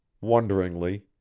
Wonderingly